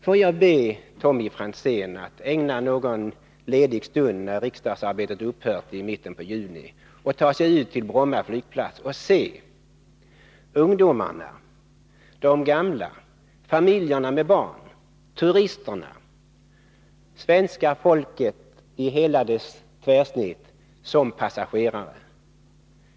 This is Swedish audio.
Får jag be Tommy Franzén att ägna någon ledig stund, när riksdagsarbetet upphör i mitten på juni, åt att ta sig ut till Bromma flygplats och se ungdomarna, de gamla, familjerna med barn, turisterna — ett tvärsnitt av hela svenska folket — som passagerare.